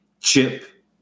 chip